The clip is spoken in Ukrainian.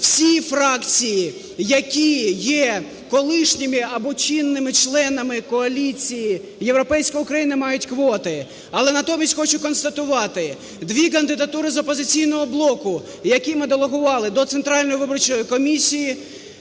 всі фракції, які є колишніми або чинними членами коаліції "Європейська Україна", мають квоти. Але натомість хочу констатувати: два кандидатури з "Опозиційного блоку", які ми делегували до Центральної виборчої комісії,